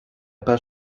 pas